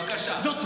בבקשה.